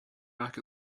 back